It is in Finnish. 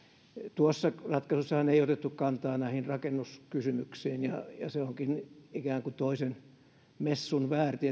tuossa ratkaisussahan ei otettu kantaa näihin rakennuskysymyksiin ja ja se onkin ikään kuin toisen messun väärti